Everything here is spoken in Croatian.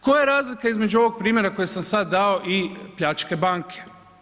Koja je razlika između ovog primjera koji sam sad dao i pljačke banke.